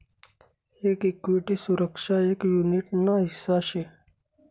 एक इक्विटी सुरक्षा एक युनीट ना हिस्सा शे